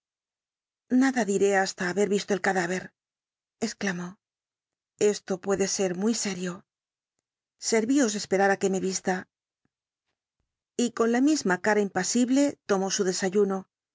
nada diré hasta haber visto el cadáver exclamó esto puede ser muy serio servios esperar á que me vista y con la misma cara impasible tomó su desayuno